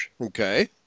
Okay